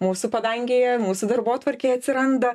mūsų padangėje mūsų darbotvarkėj atsiranda